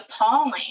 appalling